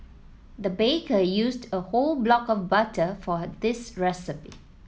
the baker used a whole block of butter for this recipe